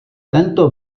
tento